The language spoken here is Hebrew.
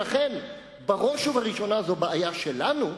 ולכן בראש ובראשונה זו בעיה שלנו,